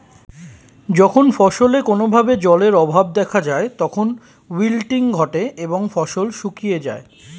যখন ফসলে কোনো ভাবে জলের অভাব দেখা যায় তখন উইল্টিং ঘটে এবং ফসল শুকিয়ে যায়